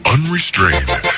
Unrestrained